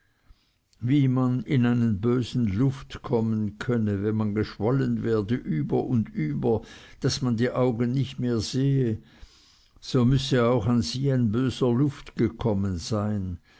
wie man in einen bösen luft kommen könne man geschwollen werde über und über daß man die augen nicht mehr sehe so müßte auch an sie ein böser luft gekommen sein